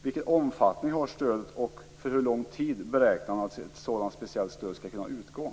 Vilken omfattning har stödet, och hur lång tid räknar man med att ett sådant speciellt stöd skall kunna ges?